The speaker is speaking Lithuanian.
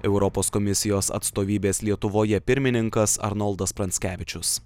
europos komisijos atstovybės lietuvoje pirmininkas arnoldas pranckevičius